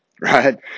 right